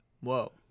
Whoa